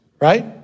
right